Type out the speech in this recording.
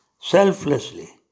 selflessly